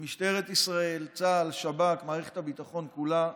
ומשטרת ישראל, צה"ל, שב"כ, מערכת הביטחון כולה,